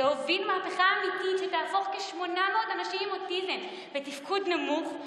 להוביל מהפכה אמיתית שתהפוך כ-800 אנשים עם אוטיזם בתפקוד נמוך,